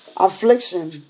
Affliction